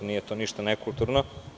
Nije to ništa nekulturno.